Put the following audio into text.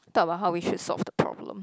talk about how we should solve the problem